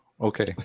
okay